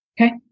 okay